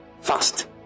fast